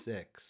Six